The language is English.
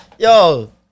Yo